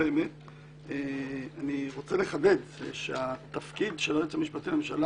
אני רוצה לחדד שהתפקיד של היועץ המשפטי לממשלה